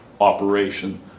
operation